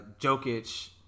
Jokic